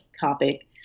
topic